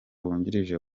wungirije